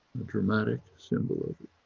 the dramatic symbolism.